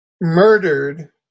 murdered